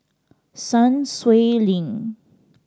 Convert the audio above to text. Sun Xueling